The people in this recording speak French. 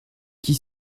qui